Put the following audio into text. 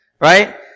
Right